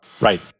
Right